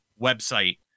website